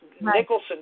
Nicholson